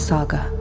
Saga